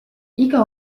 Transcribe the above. iga